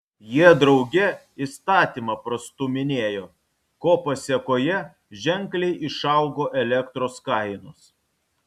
jie drauge įstatymą prastūminėjo ko pasėkoje ženkliai išaugo elektros kainos